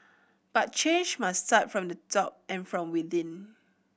but change must start from the top and from within